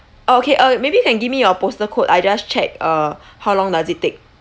oh okay uh maybe you can give me your postal code I just check uh how long does it take